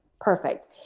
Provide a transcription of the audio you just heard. perfect